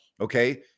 Okay